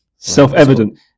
Self-evident